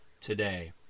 today